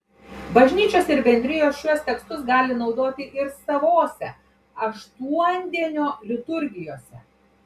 bažnyčios ir bendrijos šiuos tekstus gali naudoti ir savose aštuondienio liturgijose